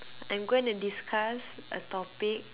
I'm gonna discuss a topic